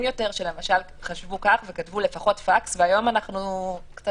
יותר שלמשל חשבו כך וכתבו לפחות פקס והיום אנחנו קצת